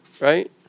right